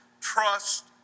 trust